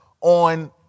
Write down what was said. on